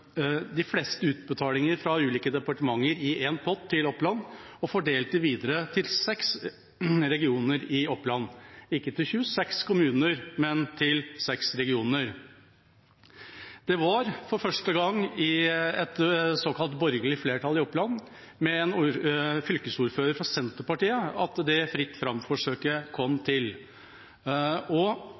de fleste utbetalingene fra ulike departementer i én pott og fordelte det videre til seks regioner i Oppland – ikke til 26 kommuner, men til seks regioner. Det var for første gang med et såkalt borgerlig flertall i Oppland, med en fylkesordfører fra Senterpartiet, at Fritt Fram-forsøket kom til.